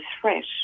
threat